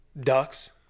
ducks